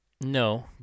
No